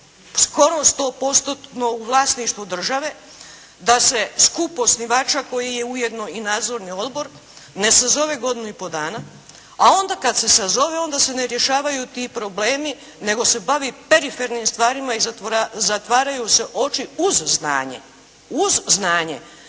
skoro 100% u vlasništvu države, da se skup osnivača koji je ujedno i nadzorni odbor ne sazove godinu i pol dana, a onda kad se sazove onda se ne rješavaju ti problemi, nego se bavi perifernim stvarima i zatvaraju se oči uz znanje. Uz znanje